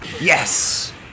Yes